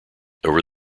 over